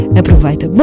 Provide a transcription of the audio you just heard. aproveita